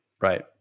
right